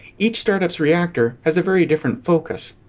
each startup's reactor has a very different focus.